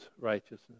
righteousness